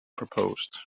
proposed